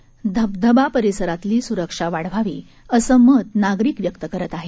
या घटनेनंतर धबधबा परिसरातली सुरक्षा वाढवावी असं मत नागरिक व्यक्त करत आहेत